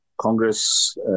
Congress